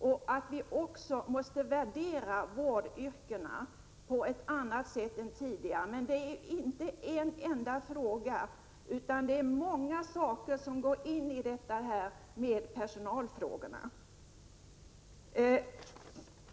Vi måste också värdera vårdyrkena på ett annat sätt än tidigare. Detta är emellertid inte en enda fråga, utan det är mycket som går in i detta med personalfrågorna.